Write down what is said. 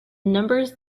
numbers